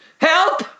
HELP